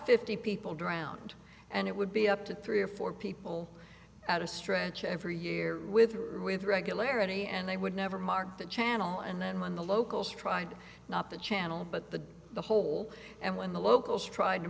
fifty people drowned and it would be up to three or four people at a stretch every year with with regularity and they would never mark the channel and then when the locals tried not the channel but the the whole and when the locals tried to